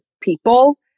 people